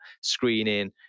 screening